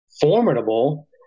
formidable